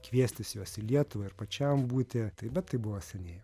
kviestis juos į lietuvą ir pačiam būti taip bet tai buvo seniai